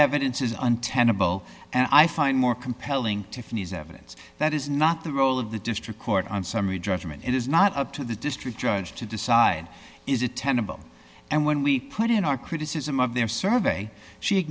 untenable and i find more compelling tiffany's evidence that is not the role of the district court on summary judgment it is not up to the district judge to decide is it ten of them and when we put in our criticism of their survey she